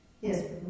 Yes